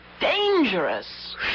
dangerous